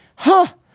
huh?